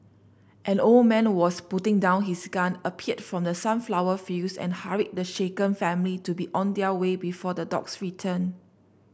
an old man was putting down his gun appeared from the sunflower fields and hurried the shaken family to be on their way before the dogs return